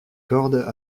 cordes